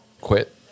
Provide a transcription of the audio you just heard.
quit